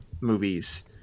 movies